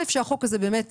א', שהחוק הזה באמת